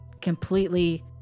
completely